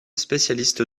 spécialiste